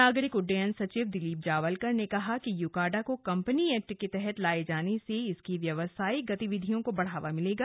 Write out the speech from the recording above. नागरिक उड्डयन सचिव दिलीप जावलकर ने कहा कि यूकाडा को कम्पनी एक्ट के तहत लाये जाने से इसकी व्यावसायिक गतिविधियों को बढ़ावा मिलेगा